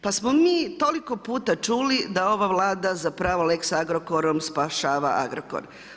Pa smo mi toliko puta čuli, da ova Vlada zapravo lex Agrokorom spašava Agrokor.